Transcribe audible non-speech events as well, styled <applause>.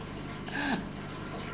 <noise>